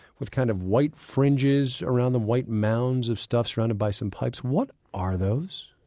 with kind of white fringes around them, white mounds of stuff surrounded by some pipes. what are those?